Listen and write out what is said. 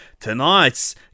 Tonight's